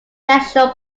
national